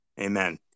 Amen